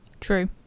true